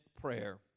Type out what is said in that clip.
prayer